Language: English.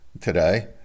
today